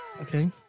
Okay